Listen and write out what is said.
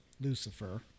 Lucifer